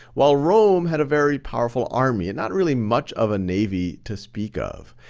while rome had a very powerful army. and not really much of a navy, to speak of.